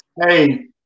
Hey